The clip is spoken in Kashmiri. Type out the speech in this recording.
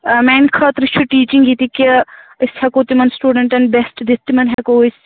آ میٛانہِ خٲطرٕ چھُ ٹیٖچِنٛگ یِتہٕ کہِ أسۍ ہٮ۪کو تِمَن سٹوٗڈنٛٹَن بیسٹہٕ دِتھ تِمَن ہٮ۪کو أسۍ